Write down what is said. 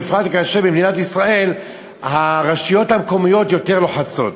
בפרט כשבמדינת ישראל הרשויות המקומיות יותר לוחצות.